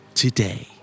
today